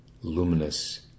luminous